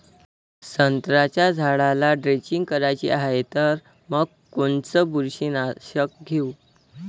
संत्र्याच्या झाडाला द्रेंचींग करायची हाये तर मग कोनच बुरशीनाशक घेऊ?